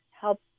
help